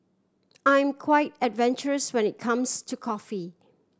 I'm quite adventurous when it comes to coffee